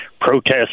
protest